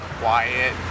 quiet